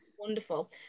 wonderful